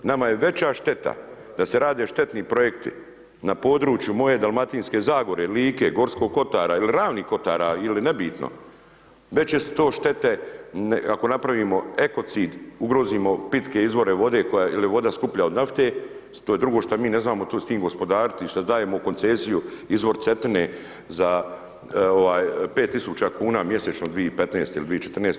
Nama je veća šteta da se rade štetni projekti na području moje Dalmatinske zagore, Like, Gorskog kotar ili Ravnih kotara ili nebitno, veće su to štete ako napravimo ekocid, ugrozimo pitke izvore vode jer je voda skuplja od nafte, to je drugo što mi ne znamo s tim gospodariti, šta dajemo u koncesiju izvor Cetine za 5000 kuna mjesečno 2015., 2014.